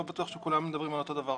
לא בטוח שכולם מדברים על אותו דבר.